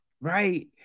right